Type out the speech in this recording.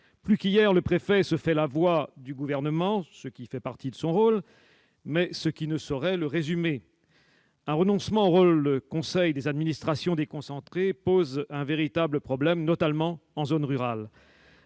Plus qu'hier, le préfet se fait la voix du Gouvernement, ce qui fait partie de son rôle, mais ce qui ne saurait le résumer. Un renoncement au rôle de conseil des administrations déconcentrées pose un véritable problème, notamment en zone rurale.